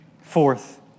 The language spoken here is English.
Fourth